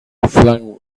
flung